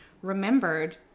remembered